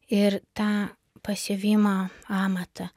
ir tą pasiuvimo amatą